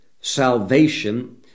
salvation